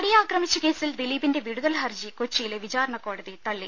നടിയെ ആക്രമിച്ച കേസിൽ ദിലീപിന്റെ വിടുതൽ ഹർജികൊച്ചി യിലെ വിചാരണകോടതി തള്ളി